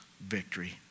victory